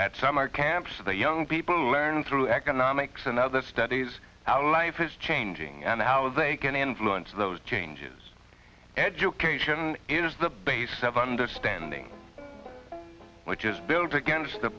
at summer camp so the young people learn through economics and other studies how life is changing and how they can influence those changes education is the basis of understanding which is built against the